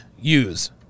use